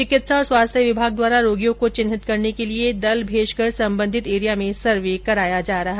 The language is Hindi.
चिकित्सा और स्वास्थ्य विभाग द्वारा रोगियों को चिन्हित करने के लिए दल भेजकर संबंधित एरिया में सर्वे कराया जा रहा है